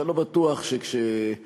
שאני לא בטוח שכשתעשי,